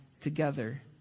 together